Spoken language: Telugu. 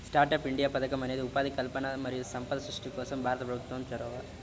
స్టార్టప్ ఇండియా పథకం అనేది ఉపాధి కల్పన మరియు సంపద సృష్టి కోసం భారత ప్రభుత్వం చొరవ